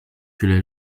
que